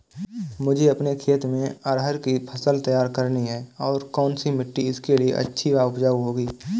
मुझे अपने खेत में अरहर की फसल तैयार करनी है और कौन सी मिट्टी इसके लिए अच्छी व उपजाऊ होगी?